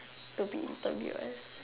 to be interviewed as